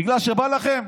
בגלל שבא לכם?